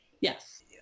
Yes